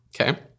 okay